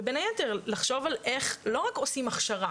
בין היתר בנוסף, לחשוב על לא רק עושים הכשרה,